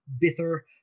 bitter